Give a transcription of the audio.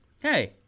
Hey